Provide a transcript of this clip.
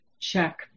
check